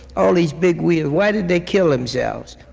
all these big wheels, why did they kill themselves?